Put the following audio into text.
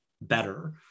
better